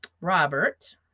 Robert